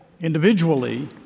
individually